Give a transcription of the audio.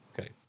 Okay